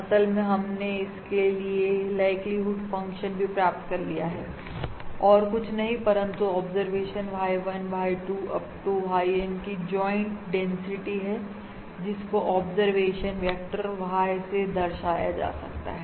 असल में हमने इसके लिए लाइक्लीहुड फंक्शन भी प्राप्त कर लिया है और कुछ नहीं परंतु observation Y1 Y2 Up to YN की ज्वाइंट डेंसिटी है जिसको ऑब्जर्वेशन वेक्टर Y bar से दर्शाया जा सकता है